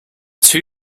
two